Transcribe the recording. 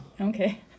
Okay